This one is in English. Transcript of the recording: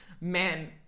Man